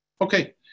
Okay